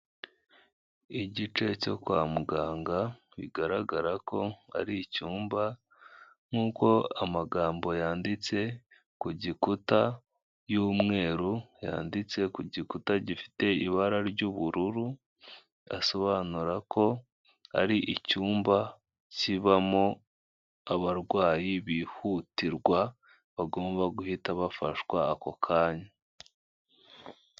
Igice cyo kwa muganga bigaragara ko ari icyumba nk'uko amagambo yanditse ku gikuta cy'umweru, yanditse ku gikuta gifite ibara ry'ubururu asobanura ko ari icyumba kibamo abarwayi bihutirwa bagomba guhita bafashwa ako kanya.